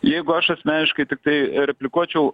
jeigu aš asmeniškai tiktai replikuočiau